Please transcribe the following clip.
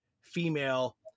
female